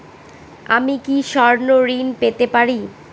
আমি কি স্বর্ণ ঋণ পেতে পারি?